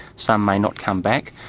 some may not come back.